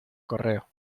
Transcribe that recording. correo